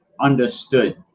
understood